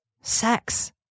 sex